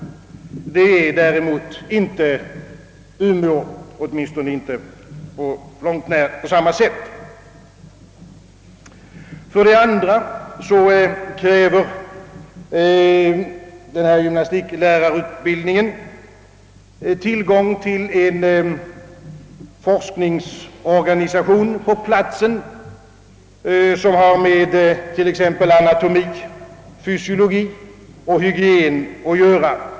Detta är däremot inte förhållandet med Umeå, åtminstone inte på långt när i samma utsträckning. För det andra kräver denna gymnastiklärarutbildning tillgång till en på platsen belägen forskningsorganisation, som arbetar med t.ex. ämnen som anatomi, fysiologi och hygien.